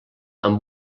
amb